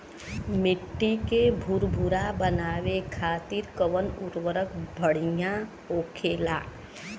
मिट्टी के भूरभूरा बनावे खातिर कवन उर्वरक भड़िया होखेला?